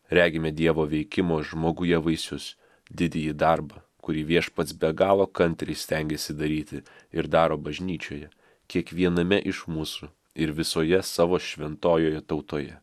regime dievo veikimo žmoguje vaisius didįjį darbą kurį viešpats be galo kantriai stengėsi daryti ir daro bažnyčioje kiekviename iš mūsų ir visoje savo šventojoje tautoje